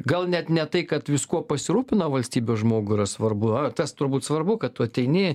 gal net ne tai kad viskuo pasirūpina valstybė žmogui yra svarbu tas turbūt svarbu kad tu ateini